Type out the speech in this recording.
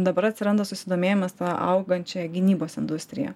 dabar atsiranda susidomėjimas ta augančia gynybos industrija